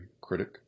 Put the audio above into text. critic